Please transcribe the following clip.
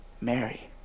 Mary